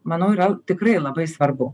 manau yra tikrai labai svarbu